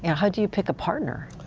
and how do you pick a partner?